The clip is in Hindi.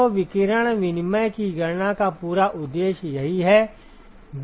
तो विकिरण विनिमय की गणना का पूरा उद्देश्य यही है